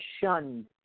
shunned